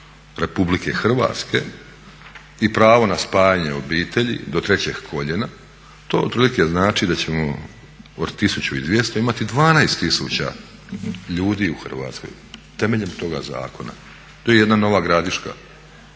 o azilu RH i pravo na spajanje obitelji do trećeg koljena to otprilike znači da ćemo od 1200 imati 12 000 ljudi u Hrvatskoj, temeljem toga zakona. To je jedna Nova Gradiška.